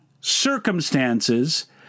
circumstances